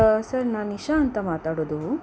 sir ನಾನು ನಿಶಾ ಅಂತ ಮಾತಾಡೋದು